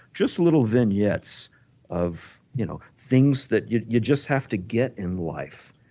just little vignettes of you know things that you you just have to get in life